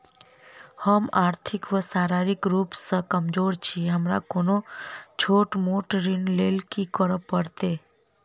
हम आर्थिक व शारीरिक रूप सँ कमजोर छी हमरा कोनों छोट मोट ऋण लैल की करै पड़तै?